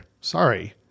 Sorry